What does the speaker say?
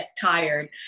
tired